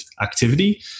activity